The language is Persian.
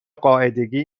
قاعدگی